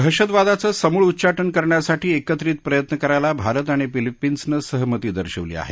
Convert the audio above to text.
दहशतवादाचं समूळ उच्चाटन करण्यासाठी एकत्रित प्रयत्न करायला भारत आणि फिलिपीन्सनं सहमती दर्शवली आहे